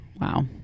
Wow